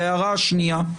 וההערה השנייה.